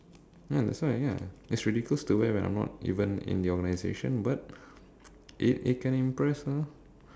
ya that's why ya it's ridiculous to wear when I'm not even in the organisation but it it can impress her